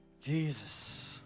Jesus